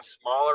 smaller